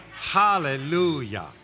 Hallelujah